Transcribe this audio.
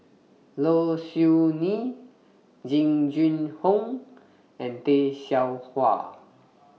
Low Siew Nghee Jing Jun Hong and Tay Seow Huah